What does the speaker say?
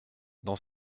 dans